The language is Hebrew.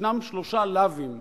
ישנם שלושה לאווים,